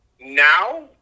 now